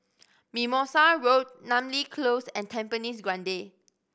Mimosa Road Namly Close and Tampines Grande